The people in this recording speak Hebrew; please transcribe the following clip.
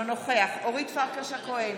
אינו נוכח אורית פרקש הכהן,